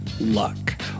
luck